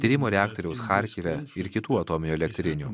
trimo reaktoriaus charkive ir kitų atominių elektrinių